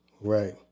Right